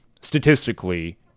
statistically